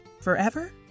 Forever